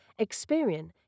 Experian